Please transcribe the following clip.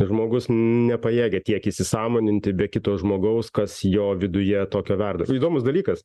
žmogus nepajėgia tiek įsisąmoninti be kito žmogaus kas jo viduje tokio verda įdomus dalykas